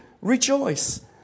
rejoice